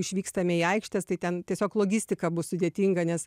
išvykstame į aikštes tai ten tiesiog logistika bus sudėtinga nes